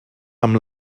amb